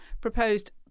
proposed